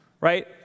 right